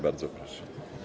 Bardzo proszę.